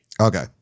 Okay